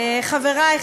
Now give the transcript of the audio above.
חברי,